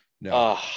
no